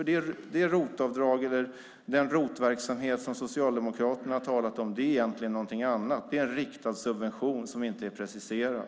Den ROT-verksamhet som Socialdemokraterna har talat om är egentligen något annat. Det är en riktad subvention som inte är preciserad.